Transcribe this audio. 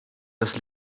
das